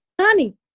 honey